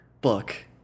book